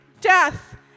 death